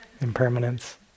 Impermanence